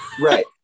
Right